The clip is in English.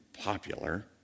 popular